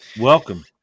Welcome